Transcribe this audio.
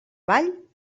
vall